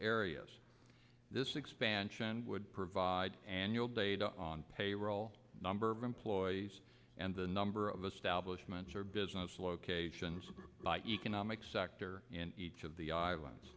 areas this expansion would provide annual data on payroll number of employees and the number of establishment or business locations by economic sector in each of the islands